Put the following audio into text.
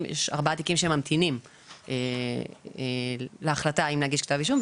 וארבעה תיקים שממתינים להחלטה אם להגיש כתב אישום,